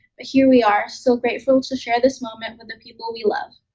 but here we are, so grateful to share this moment with the people we love.